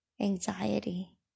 anxiety